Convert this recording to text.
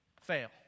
fail